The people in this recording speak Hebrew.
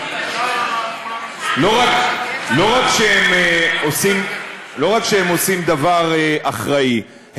לא רק שהם עושים דבר אחראי,